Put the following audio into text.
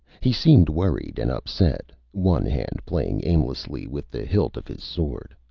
he seemed worried and upset, one hand playing aimlessly with the hilt of his sword.